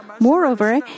Moreover